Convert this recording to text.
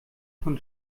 von